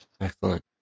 Excellent